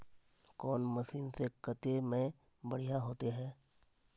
कौन मशीन से कते में बढ़िया होते है?